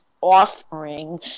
Offering